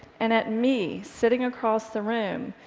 and at me, sitting across the room,